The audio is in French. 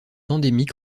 endémique